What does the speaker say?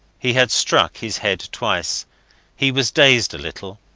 he had struck his head twice he was dazed a little.